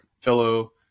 fellow